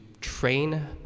train